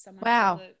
Wow